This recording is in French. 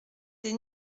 des